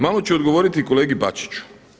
Malo ću odgovoriti kolegi Bačiću.